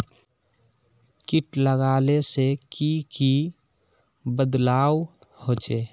किट लगाले से की की बदलाव होचए?